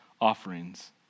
offerings